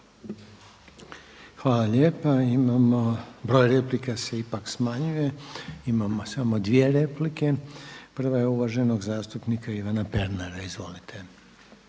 Hvala lijepa. Broj replika se ipak smanjuje. Imamo samo dvije replike. Prva je uvaženog zastupnika Ivana Pernara. Izvolite.